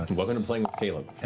welcome to playing with caleb.